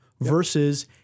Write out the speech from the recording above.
versus